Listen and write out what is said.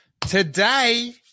Today